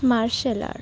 martial art